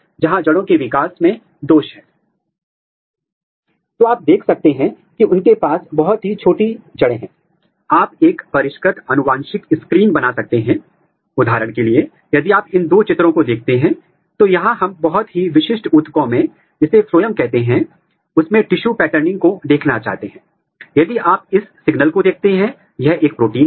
इस अंग को लॉरिक्यूल कहा जाता है यह एक छोटा सा चावल के फूल वाला अंग है जिसे आप यहां बहुत स्पष्ट रूप से देख सकते हैं और हम यह देखना चाहते हैं कि MADS2 पूरे अंग मैं कैसे व्यक्त होता है